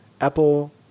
Apple